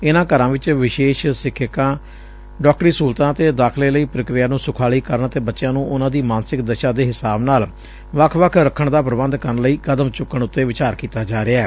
ਇਨਾਂ ਘਰਾਂ ਵਿੱਚ ਵਿ ਸ਼ੇ ਸ਼ ਸਿੱਖਿਅਕਾਂ ਡਾਕਟਰੀ ਸਹੁਲਤਾਂ ਅਤੇ ਦਾਖ਼ ਲੇ ਲਈ ਪ੍ਰਕਿਰਿਆ ਨੂੰ ਸੁਖਾਲੀ ਕਰਨ ਅਤੇ ਬੱਚਿਆਂ ਨੂੰ ਉਨੂਾ ਦੀ ਮਾਨਸਿਕ ਦ ਸ਼ਾ ਦੇ ਹਿਸਾਬ ਨਾਲ ਵੱਖ ਵੱਖ ਰੱਖਣ ਦਾ ਪ੍ਰਬੰਧ ਕਰਨ ਲਈ ਕਦਮ ਚੁੱਕਣ ਉਤੇ ਵਿਚਾਰ ਕੀਤਾ ਜਾ ਰਿਹੈ